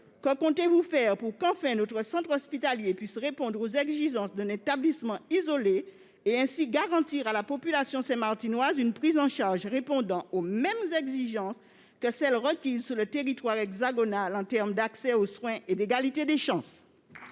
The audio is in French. Que comptez-vous faire pour que notre centre hospitalier réponde enfin aux exigences d'un établissement isolé, ce qui garantirait à la population saint-martinoise une prise en charge correspondant aux mêmes standards que ceux qui s'imposent sur le territoire hexagonal en matière d'accès aux soins et d'égalité des chances ?